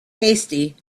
hasty